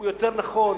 זה יותר נכון,